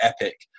epic